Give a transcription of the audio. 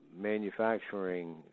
manufacturing